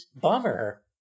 Bummer